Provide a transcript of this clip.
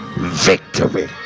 victory